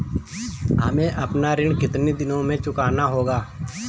हमें अपना ऋण कितनी दिनों में चुकाना होगा?